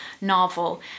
novel